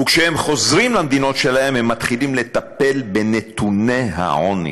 וכשהם חוזרים למדינות שלהם הם מתחילים לטפל בנתוני העוני,